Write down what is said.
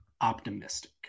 optimistic